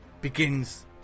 begins